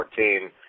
2014